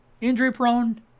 injury-prone